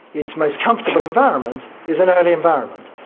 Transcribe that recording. its most comfortable environment is an early environment.